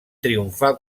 triomfar